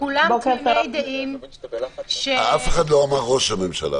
כולם תמימי דעים --- אף אחד לא אמר ראש הממשלה.